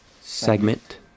segment